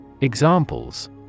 Examples